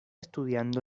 estudiando